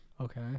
Okay